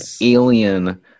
alien